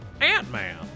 ant-man